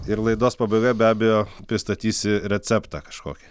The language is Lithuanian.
ir laidos pabaigoje be abejo pristatysi receptą kažkokį